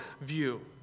view